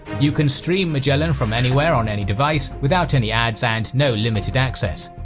you can stream magellan from anywhere on any device without any ads and no limited access.